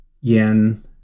Yen